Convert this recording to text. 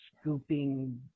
scooping